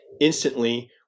instantly